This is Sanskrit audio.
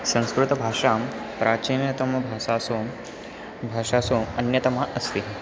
संस्कृतभाषा प्राचीनतमभाषासु भाषासु अन्यतमा अस्ति